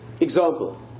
Example